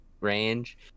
range